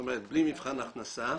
בלי מבחן הכנסה,